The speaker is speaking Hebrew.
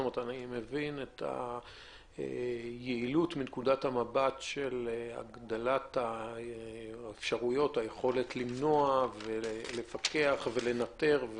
אני מבין את היעילות מנקודת המבט של הגדלת היכולת למנוע ולפקח ולנטר,